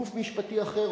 גוף משפטי אחר,